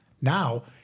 Now